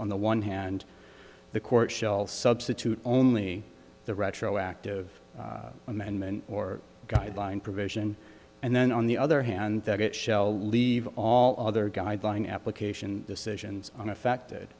on the one hand the court shell substitute only the retroactive amendment or guideline provision and then on the other hand that it shall leave all other guideline application decisions on affected